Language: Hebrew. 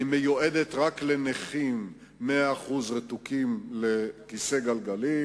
היא מיועדת רק לנכים 100% שרתוקים לכיסא גלגלים.